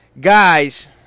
guys